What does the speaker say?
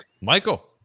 Michael